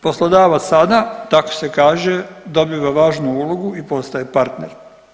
Poslodavac sada, tako se kaže dobiva važnu ulogu i postaje partner.